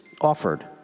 offered